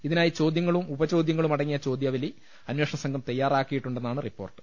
ഇതിനായി ചോദ്യങ്ങളും ഉപചോദ്യങ്ങളുമടങ്ങിയ ചോദ്യാവലി അനേഷണ സംഘം തയ്യാ റാക്കിയിട്ടുണ്ടെന്നാണ് റിപ്പോർട്ട്